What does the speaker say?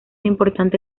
importante